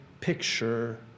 picture